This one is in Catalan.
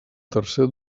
tercer